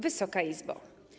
Wysoka Izbo!